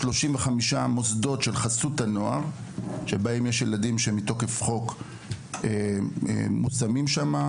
35 מוסדות של חסות הנוער שבהם יש ילדים שמתוקף חוק מושמים שמה.